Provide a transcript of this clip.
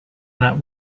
that